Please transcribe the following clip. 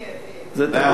זה יהיה, זה יהיה.